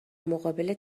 مقابل